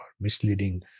misleading